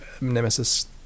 nemesis